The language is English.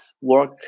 work